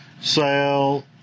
sale